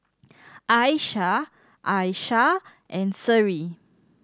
Aisyah Aishah and Seri